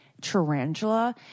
tarantula